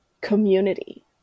community